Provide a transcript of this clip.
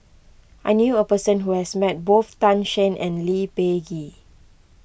I knew a person who has met both Tan Shen and Lee Peh Gee